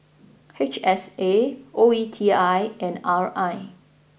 H S A O E T I and R I